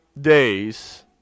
days